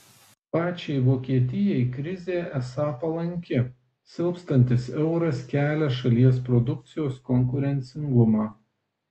pačiai vokietijai krizė esą palanki silpstantis euras kelia šalies produkcijos konkurencingumą